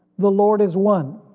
the lord is one!